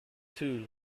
two